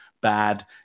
bad